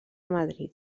madrid